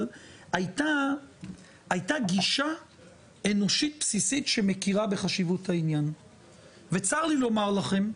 אבל הייתה גישה אנושית בסיסית שמכירה בחשיבות העניין וצר לי לומר לכם,